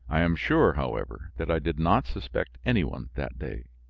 i am sure, however, that i did not suspect any one that day.